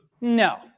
no